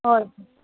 ꯍꯣꯏ